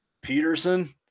Peterson